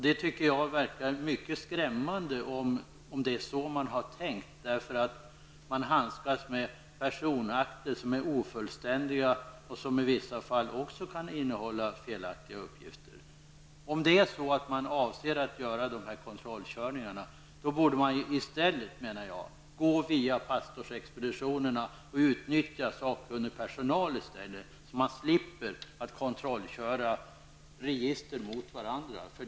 Jag tycker att det verkar mycket skrämmande om det är detta man har tänkt sig, eftersom man handskas med personakter som är ofullständiga och som i vissa fall också kan innehålla felaktiga uppgifter. Om man avser att göra de här kontrollkörningarna borde man i stället gå via pastorsexpeditionerna och utnyttja sakkunnig personal. Då slipper man att kontrollköra register mot varandra.